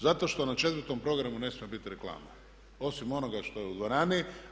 Zato što na četvrtom programu ne smije biti reklama, osim onoga što je u dvorani.